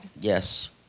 Yes